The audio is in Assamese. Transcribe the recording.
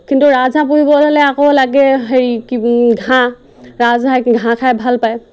কিন্তু ৰাজ হাঁহ পুহিবলৈ হ'লে আকৌ লাগে হেৰি কি ঘাঁহ ৰাজ হাঁহে ঘাঁহ খাই ভাল পায়